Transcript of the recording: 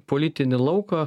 politinį lauką